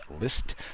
list